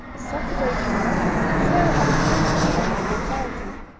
as saturday drew nigh sarah had occasional moments of anxiety,